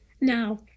now